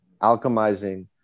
alchemizing